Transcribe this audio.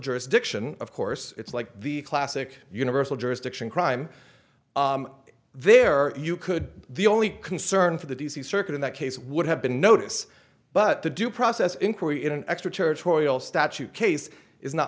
jurisdiction of course it's like the classic universal jurisdiction crime there you could the only concern for the d c circuit in that case would have been notice but the due process inquiry in an extra territorial statute case is not